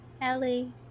Ellie